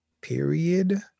period